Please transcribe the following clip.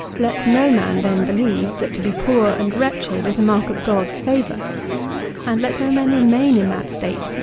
let no man, then, believe that, to be poor and wretched is a mark of god's favour and let no man remain in that state,